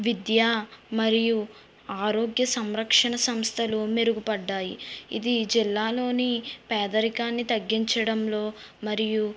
విద్య మరియు ఆరోగ్య సంరక్షణ సంస్థలు మెరుగుపడ్డాయి ఇది జిల్లాలోని పేదరికాన్ని తగ్గించడంలో మరియు